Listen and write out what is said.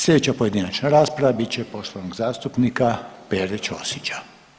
Sljedeća pojedinačna rasprava bit će poštovanog zastupnika Pere Ćosića.